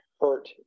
hurt